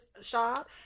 shop